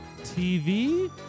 TV